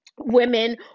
women